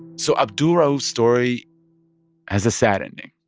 so abdul-rauf's story has a sad ending.